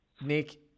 Nick